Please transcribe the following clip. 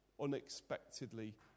unexpectedly